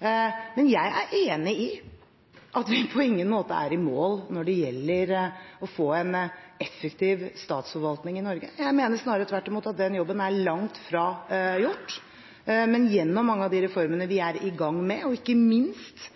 Men jeg er enig i at vi på ingen måte er i mål når det gjelder å få en effektiv statsforvaltning i Norge. Jeg mener snarere tvert imot at den jobben er langt fra gjort. Men mange av de reformene vi er i gang med, og ikke minst